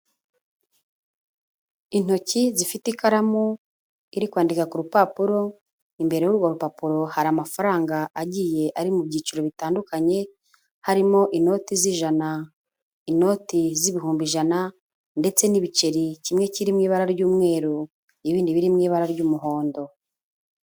Intoki zifite ikaramu iri kwandika ku rupapuro, imbere y'urwo rupapuro hari amafaranga agiye ari mu byiciro bitandukanye, harimo inoti z'ijana, inoti z'ibihumbi ijana, ndetse n'ibiceri kimwe kirimo ibara ry'umweru, ibindi biri mu ibara ry'umuhondo.